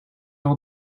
will